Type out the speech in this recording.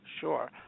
Sure